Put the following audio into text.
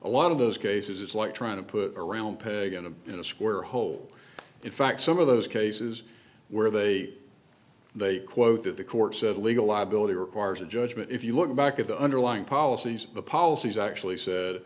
a lot of those cases it's like trying to put around peg in a in a square hole in fact some of those cases where they they quote that the court said legal liability requires a judgment if you look back at the underlying policies the policies actually said